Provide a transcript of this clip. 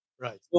Right